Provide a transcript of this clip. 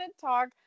talk